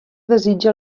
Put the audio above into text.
desitja